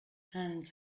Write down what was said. hands